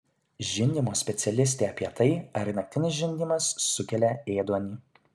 žindymo specialistė apie tai ar naktinis žindymas sukelia ėduonį